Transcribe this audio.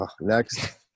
next